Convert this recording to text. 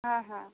ହଁ ହଁ